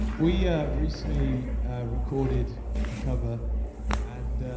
we recently recorded a cover and